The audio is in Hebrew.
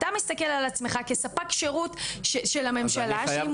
אתה מסתכל על עצמך כספק שירות של הממשלה שאם